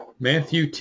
Matthew